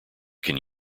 can